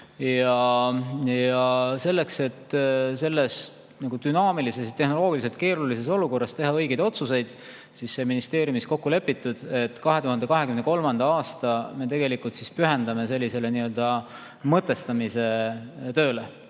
Selleks, et selles dünaamilises ja tehnoloogiliselt keerulises olukorras teha õigeid otsuseid, sai ministeeriumis kokku lepitud, et 2023. aasta me pühendame nii-öelda mõtestamise tööle.